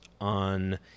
on